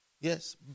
Yes